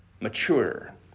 mature